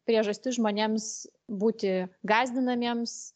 priežastis žmonėms būti gąsdinamiems